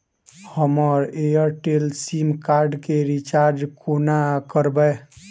हम Airtel sim card केँ recharge कोना करबै?